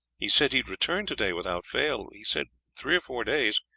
he said he would return to-day without fail he said three or four days,